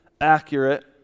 accurate